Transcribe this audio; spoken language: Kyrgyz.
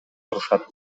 турушат